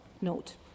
note